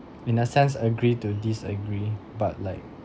in a sense agree to disagree but like